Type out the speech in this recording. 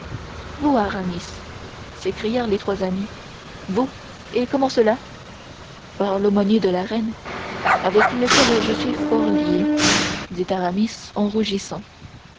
vous aramis s'écrièrent les trois amis vous et comment cela par l'aumônier de la reine avec lequel je suis fort lié dit aramis en rougissant